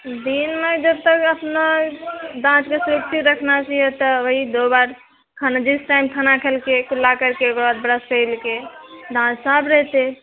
दिन मऽ जभ तक अपना दाँत कऽ सेफ्टी रखना चाहिए तब तऽ वही दो बार खाना जिस टाइम खाना खेलकै कुल्ला करिके आओर ब्रश कैलकै दाँत साफ रहितै